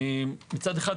מצד אחד,